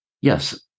Yes